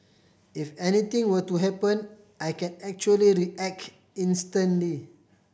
if anything were to happen I can actually react instantly